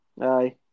Aye